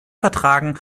vertragen